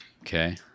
okay